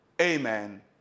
amen